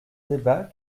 débat